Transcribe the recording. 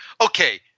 okay